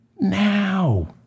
Now